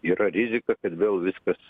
yra rizika kad vėl viskas